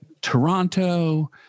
Toronto